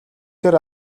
тэр